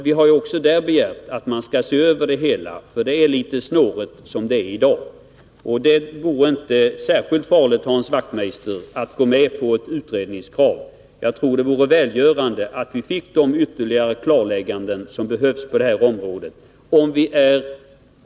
Vi har begärt översyn även på den punkten, eftersom bestämmelserna i dag är litet snåriga. Det vore inte särskilt farligt, Hans Wachtmeister, att gå med på ett utredningskrav. Jag tror det vore välgörande att få de 'ytterligare klarlägganden som behövs på det här området.